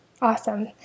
Awesome